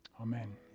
Amen